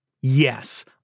yes